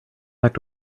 back